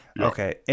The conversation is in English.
okay